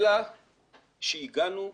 אלא שהגענו,